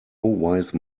wise